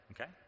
okay